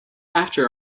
after